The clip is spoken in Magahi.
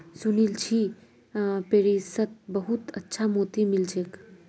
सुनील छि पेरिसत बहुत अच्छा मोति मिल छेक